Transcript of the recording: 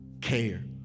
care